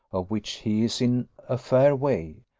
of which he is in a fair way,